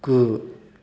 गु